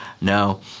No